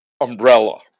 umbrella